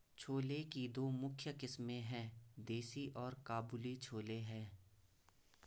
छोले की दो मुख्य किस्में है, देसी और काबुली छोले हैं